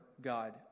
God